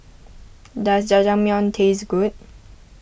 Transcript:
does Jajangmyeon taste good